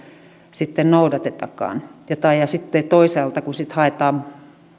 noudatetakaan ja sitten toisaalta kun haetaan